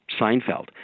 seinfeld